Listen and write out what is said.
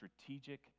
strategic